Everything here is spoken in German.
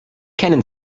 kennen